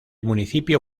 municipio